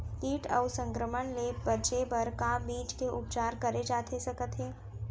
किट अऊ संक्रमण ले बचे बर का बीज के उपचार करे जाथे सकत हे?